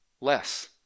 Less